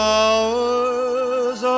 hours